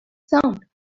sound